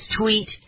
tweet